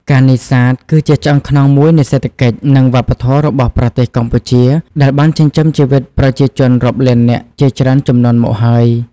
ការនេសាទគឺជាឆ្អឹងខ្នងមួយនៃសេដ្ឋកិច្ច និងវប្បធម៌របស់ប្រទេសកម្ពុជា ដែលបានចិញ្ចឹមជីវិតប្រជាជនរាប់លាននាក់ជាច្រើនជំនាន់មកហើយ។